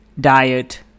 diet